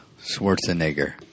Schwarzenegger